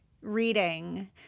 reading